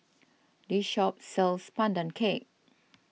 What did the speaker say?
this shop sells Pandan Cake